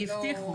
כי הבטיחו.